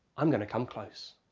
i'm going to come close.